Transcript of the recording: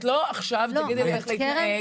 את לא עכשיו תגידי לי איך להתנהג,